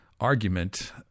argument